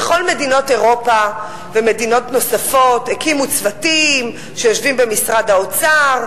בכל מדינות אירופה ובמדינות נוספות הקימו צוותים שיושבים במשרד האוצר,